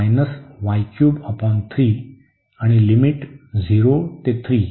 तर आणि लिमिट 0 ते 3